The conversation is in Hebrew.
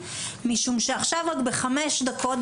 משום שעכשיו רק בחמש דקות,